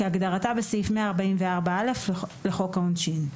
כהגדרתה בסעיף 144א לחוק העונשין".